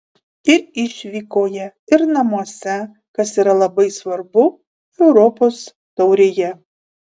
ir išvykoje ir namuose kas yra labai svarbu europos taurėje